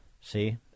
See